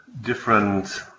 different